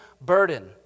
burden